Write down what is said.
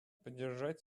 поддержать